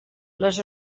les